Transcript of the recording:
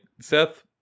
seth